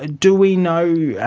ah do we know, yeah